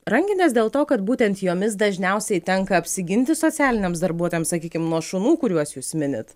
rankinės dėl to kad būtent jomis dažniausiai tenka apsiginti socialiniams darbuotojams sakykim nuo šunų kuriuos jūs minit